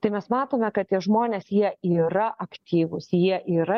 tai mes matome kad tie žmonės jie yra aktyvūs jie yra